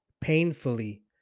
painfully